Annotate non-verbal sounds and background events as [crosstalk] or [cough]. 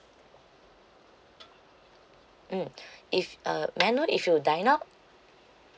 mm [breath] if uh may I know if you dine out